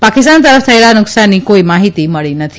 પાકિસ્તાન તરફ થયેલા નુકસાનની કોઇ માહીતી મળી નથી